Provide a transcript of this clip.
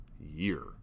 year